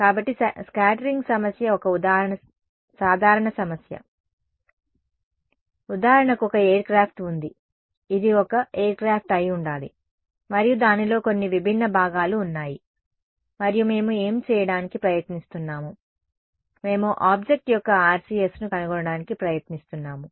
కాబట్టి స్కాటరింగ్ సమస్య ఒక సాధారణ సమస్య ఉదాహరణకు ఒక ఎయిర్క్రాఫ్ట్ ఉంది ఇది ఒక ఎయిర్క్రాఫ్ట్ అయి ఉండాలి మరియు దానిలో కొన్ని విభిన్న భాగాలు ఉన్నాయి మరియు మేము ఏమి చేయడానికి ప్రయత్నిస్తున్నాము మేము ఆబ్జెక్ట్ యొక్క RCS ను కనుగొనడానికి ప్రయత్నిస్తున్నాము